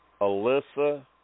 Alyssa